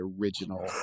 original